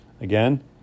again